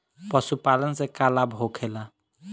पशुपालन से का लाभ होखेला?